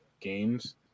games